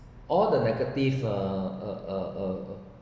all the negative err